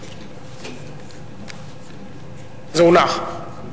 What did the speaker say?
זה הונח.